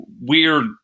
weird